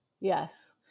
Yes